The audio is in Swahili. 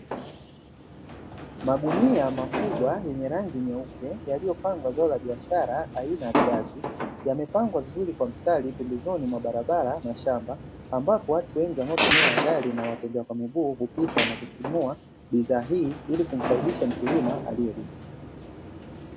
Magunia makubwa yenye rangi nyeupe yaliyopangwa zao la biashara aina ya viazi, yamepangwa vizuri kwa mstari pembezoni kwa barabara na shamba ambapo watu wengi wanaotumia magari na watembea kwa miguu hupita na kununua bidhaa hii na kumfaidisha mkulima.